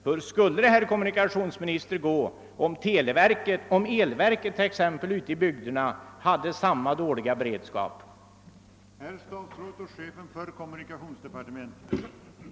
Hur skulle det gå om t.ex. elverken hade samma dåliga beredskap ute i bygderna?